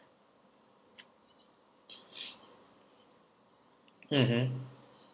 mmhmm